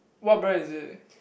what brand is it